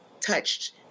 touched